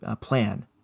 plan